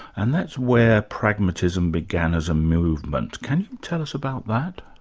and that's where pragmatism began as a movement. can you tell us about that?